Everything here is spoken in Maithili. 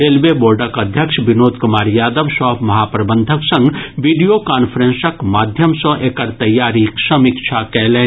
रेलवे बोर्डक अध्यक्ष विनोद कुमार यादव सभ महाप्रबंधक संग वीडियो कांफ्रेंसक माध्यम सॅ एकर तैयारीक समीक्षा कएलनि